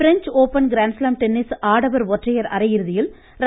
French Open grand slam tennis ஆடவர் ஒற்றையர் அரையிறுதியில் ர